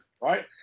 Right